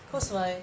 mm